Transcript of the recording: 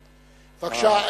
בבקשה,